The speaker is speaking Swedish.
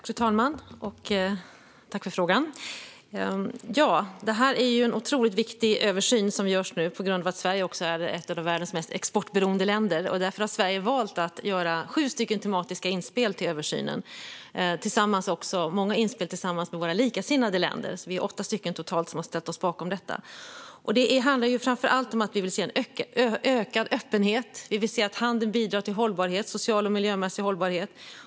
Fru talman! Tack, Per-Arne Håkansson, för frågan! Det är en otroligt viktig översyn som nu görs, även med tanke på att Sverige är ett av världens mest exportberoende länder. Därför har Sverige valt att göra sju tematiska inspel till översynen, många av dem tillsammans med våra likasinnade länder. Vi är totalt åtta länder som har ställt oss bakom detta. Det handlar framför allt om att vi vill se en ökad öppenhet. Vi vill se att handeln bidrar till social och miljömässig hållbarhet.